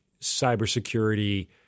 cybersecurity